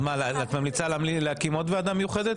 אז מה, את ממליצה להקים עוד ועדה מיוחדת?